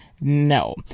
no